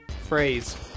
phrase